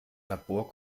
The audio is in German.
labor